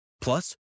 Plus